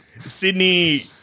Sydney